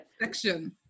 section